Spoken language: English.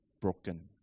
broken